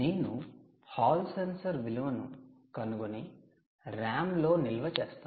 నేను Hall sensor విలువను కనుగొని RAM లో నిల్వ చేస్తాను